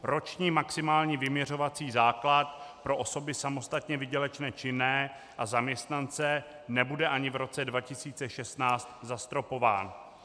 Roční maximální vyměřovací základ pro osoby samostatně výdělečné činné a zaměstnance nebude ani v roce 2016 zastropován.